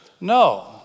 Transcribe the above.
No